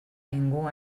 ningú